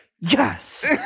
yes